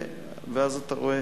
ואז אתה רואה,